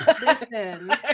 Listen